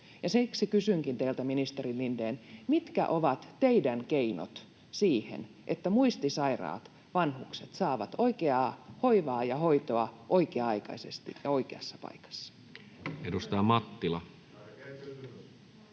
Siksi kysynkin teiltä, ministeri Lindén: Mitkä ovat teidän keinonne siihen, että muistisairaat vanhukset saavat oikeaa hoivaa ja hoitoa oikea-aikaisesti ja oikeassa paikassa? [Pasi